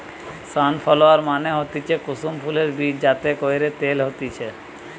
sunflower মানে হতিছে কুসুম ফুলের বীজ যাতে কইরে তেল হতিছে